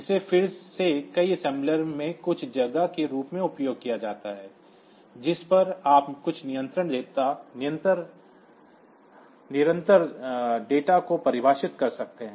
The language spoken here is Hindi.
इसे फिर से कई assembler में कुछ जगह के रूप में उपयोग किया जाता है जिस पर आप कुछ निरंतर डेटा को परिभाषित कर सकते हैं